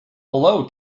hullo